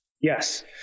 Yes